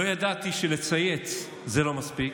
לא ידעתי שלצייץ זה לא מספיק,